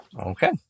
Okay